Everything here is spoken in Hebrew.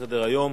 5523,